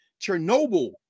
Chernobyl